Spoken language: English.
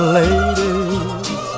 ladies